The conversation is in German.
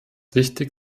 wichtig